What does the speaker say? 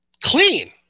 Clean